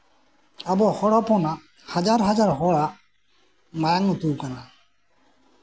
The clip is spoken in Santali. ᱟᱵᱚ ᱦᱚᱲ ᱦᱚᱯᱚᱱᱟᱜ ᱦᱟᱡᱟᱨ ᱦᱟᱡᱟᱨ ᱦᱚᱲᱟᱜ ᱢᱟᱭᱟᱢ ᱟᱹᱛᱩᱣ ᱠᱟᱱᱟ